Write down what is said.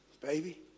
baby